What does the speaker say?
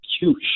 Huge